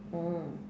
oh